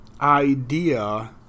idea